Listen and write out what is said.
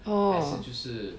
orh